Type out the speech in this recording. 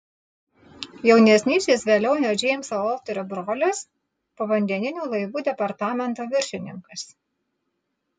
jaunesnysis velionio džeimso volterio brolis povandeninių laivų departamento viršininkas